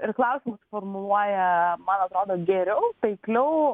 ir klausimus formuluoja man atrodo geriau taikliau